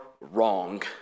wrong